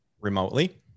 remotely